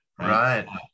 right